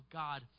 god